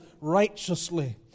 righteously